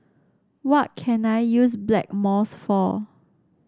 what can I use Blackmores for